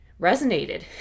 resonated